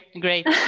great